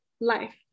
life